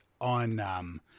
on